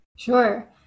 Sure